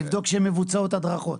לבדוק שמבוצעות הדרכות,